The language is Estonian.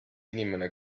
inimene